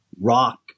rock